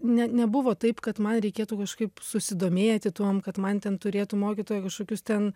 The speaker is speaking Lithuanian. ne nebuvo taip kad man reikėtų kažkaip susidomėti tuom kad man ten turėtų mokytoja kažkokius ten